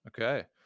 Okay